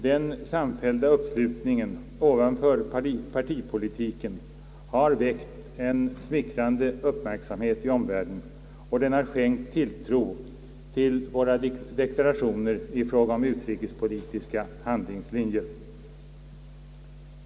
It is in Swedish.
Den samfällda uppslutningen ovanför partipolitiken har väckt en smickrande uppmärksamhet i omvärlden och har skänkt tilltro till våra deklarationer i fråga om vår utrikespolitiska handlingslinje.